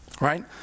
right